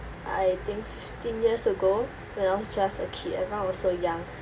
I think fifteen years ago when I was just a kid everyone was so young